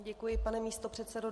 Děkuji, pane místopředsedo.